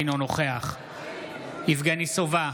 אינו נוכח יבגני סובה,